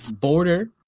border